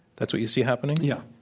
that's what you see happening? yeah.